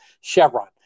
Chevron